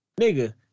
Nigga